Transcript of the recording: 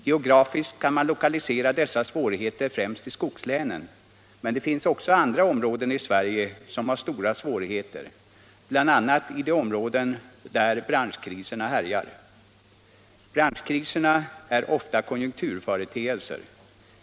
Geografiskt kan man lokalisera dessa svårigheter främst till skogslänen, men det finns också andra områden i Sverige som har stora svårigheter, bl.a. de områden där branschkriserna härjar. Branschkriserna är ofta konjunkturföreteelser.